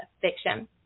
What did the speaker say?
Fiction